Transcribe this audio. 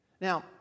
Now